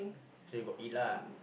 so you got eat lah